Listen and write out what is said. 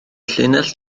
llinell